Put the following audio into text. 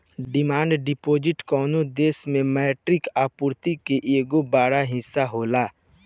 demand deposit कवनो देश के मौद्रिक आपूर्ति के एगो बड़ हिस्सा होला